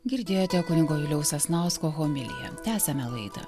girdėjote kunigo juliaus sasnausko homiliją tęsiame laidą